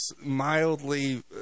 mildly